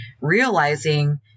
realizing